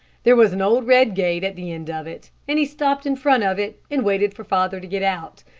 there was an old red gate at the end of it, and he stopped in front of it, and waited for father to get out.